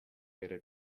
data